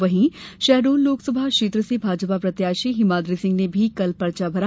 वहीं शहडोल लोकसभा क्षेत्र से भाजपा प्रत्याशी हिमाद्री सिंह ने भी कल पर्चा भरा